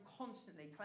constantly